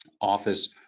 office